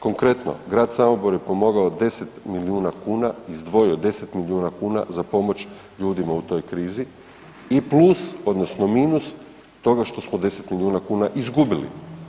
Konkretno, grad Samobor je pomogao 10 milijuna kuna, izdvojio 10 milijuna kuna za pomoć ljudima u toj krizi i plus odnosno minus toga što smo 10 milijuna kuna izgubili.